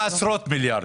כמה עשרות מיליארדים.